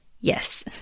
yes